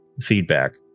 feedback